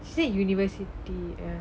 I think it's university